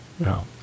No